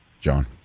John